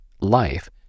life